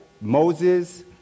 Moses